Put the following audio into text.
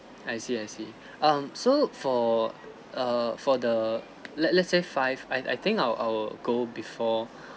I see I see um so for err for the let let's say five I I think I will I will go before